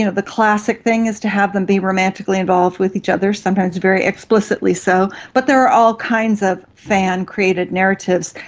you know the classic thing is to have them be romantically involved with each other, sometimes very explicitly so, but there are all kinds of fan created narratives,